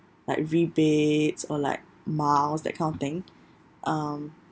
like rebates or like miles that kind of thing um